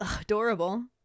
adorable